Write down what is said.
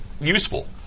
Useful